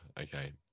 Okay